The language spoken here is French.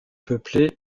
peuplée